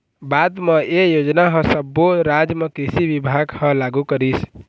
बाद म ए योजना ह सब्बो राज म कृषि बिभाग ह लागू करिस